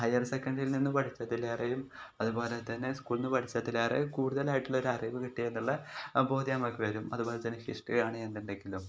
higher സെക്കണ്ടറിയിൽ നിന്നു പഠിച്ചതിലേറെയും അതു പോലെ തന്നെ സ്കൂളിൽ നിന്നു പഠിച്ചതിലേറെയും കൂടുതലായിട്ടുള്ളൊരു അറിവ് കിട്ടിയത് എന്നുള്ള ബോധ്യം നമ്മൾക്ക് വരും അതു പോലെ തന്നെ ഹിസ്ടറിയാണെന്നുണ്ടെങ്കിലും